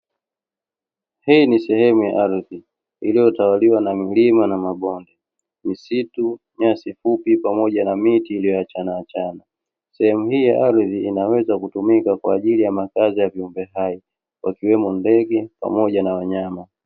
Hii ni sehemu ya ardhi iliyotawaliwa na milima na mabonde, misitu, nyasi fupi pamoja na miti iliyoachana achana. Sehemu hii ya ardhi inaweza kutumika kwa ajili ya makazi ya viumbe hai wakiwemo ndege pamoja na wanyama.